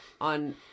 on